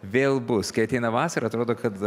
vėl bus kai ateina vasara atrodo kad